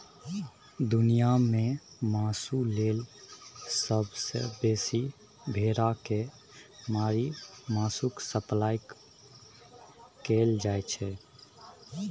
दुनियाँ मे मासु लेल सबसँ बेसी भेड़ा केँ मारि मासुक सप्लाई कएल जाइ छै